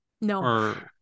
no